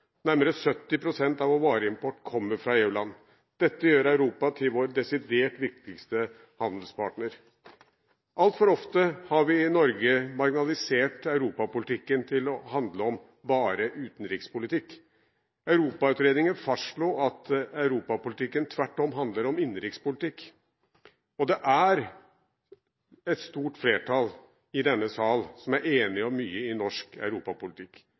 Nærmere 70 pst. av vår vareimport kommer fra EU-land. Dette gjør Europa til vår desidert viktigste handelspartner. Altfor ofte har vi i Norge marginalisert europapolitikken til å handle om bare utenrikspolitikk. Europautredningen fastslo at europapolitikken tvert om handler om innenrikspolitikk. Det er et stort flertall i denne sal som er enige om mye i norsk europapolitikk.